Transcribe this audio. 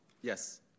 Yes